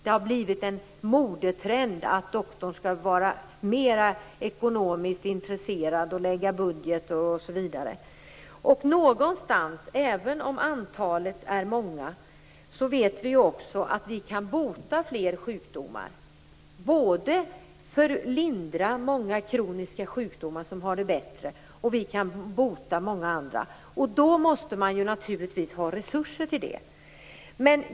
Det har blivit en modetrend att doktorn skall vara mer ekonomiskt intresserad och lägga fram budgetar osv. Även om antalet är stort vet vi någonstans också att vi i dag kan bota många fler sjukdomar än tidigare och även lindra många kroniska sjukdomar. Då måste man naturligtvis ha resurser till det.